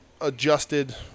adjusted